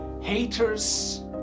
Haters